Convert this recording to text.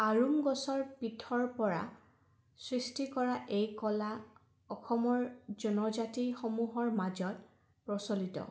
গছৰ পীঠৰ পৰা সৃষ্টি কৰা এই কলা অসমৰ জনজাতিসমূহৰ মাজত প্ৰচলিত